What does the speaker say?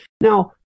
Now